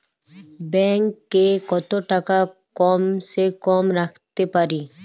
Bank এ কত টাকা কম সে কম রাখতে পারি?